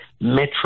metro